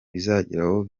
bizageraho